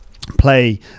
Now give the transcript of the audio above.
play